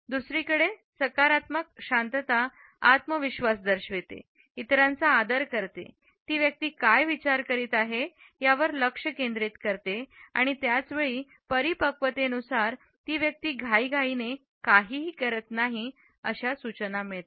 दुसरीकडे सकारात्मक शांतता आत्मविश्वास दर्शवते इतरांचा आदर करते ती व्यक्ती काय विचार करीत आहे यावर लक्ष केंद्रित करते आणि त्याच वेळी परिपक्वतेनुसार ती व्यक्ती घाईघाईने काहीही करत नाही अशा सूचना मिळतात